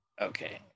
Okay